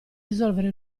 risolvere